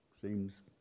Seems